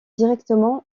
directement